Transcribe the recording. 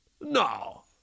No